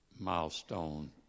milestone